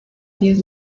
diez